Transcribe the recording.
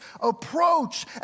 approach